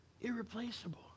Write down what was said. Irreplaceable